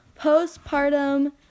postpartum